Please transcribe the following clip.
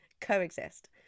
coexist